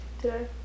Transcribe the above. today